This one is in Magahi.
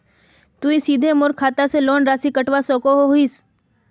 तुई सीधे मोर खाता से लोन राशि कटवा सकोहो हिस?